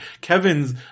Kevin's